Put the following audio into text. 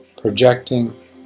projecting